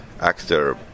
actor